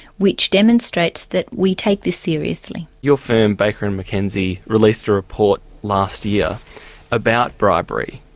which demonstrates that we take this seriously. your firm, baker and mckenzie, released a report last year about bribery.